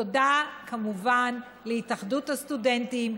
תודה כמובן להתאחדות הסטודנטים,